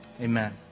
Amen